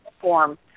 form